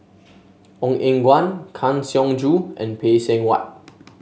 Ong Eng Guan Kang Siong Joo and Phay Seng Whatt